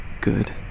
Good